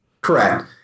Correct